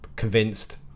convinced